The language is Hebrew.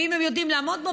ואם הם יודעים לעמוד בו,